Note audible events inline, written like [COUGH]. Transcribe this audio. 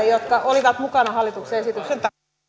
[UNINTELLIGIBLE] jotka olivat mukana hallituksen esityksen